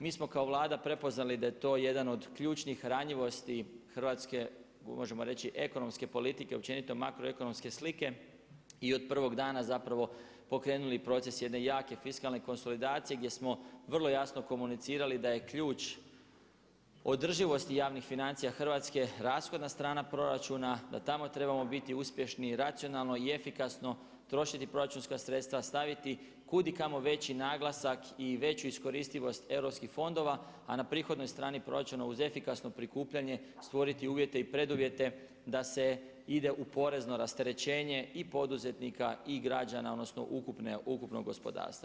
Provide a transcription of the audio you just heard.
Mi smo kao Vlada prepoznali da je to jedan od ključnih ranjivosti hrvatske možemo reći ekonomske politike općenito makroekonomske slike i od prvog dana pokrenuli proces jedne jake fiskalne konsolidacije gdje smo vrlo jasno komunicirali da je ključ održivosti javnih financija Hrvatske rashodna strana proračuna, da tamo trebamo biti uspješni racionalno i efikasno trošiti proračunska sredstva, staviti kudikamo veći naglasak i veću iskoristivost europskih fondova a na prihodnoj strani proračuna uz efikasno prikupljanje stvoriti uvjete i preduvjete da se ide u porezno rasterećenje i poduzetnika i građana, odnosno ukupnog gospodarstva.